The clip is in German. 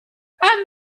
haben